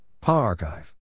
Pa-Archive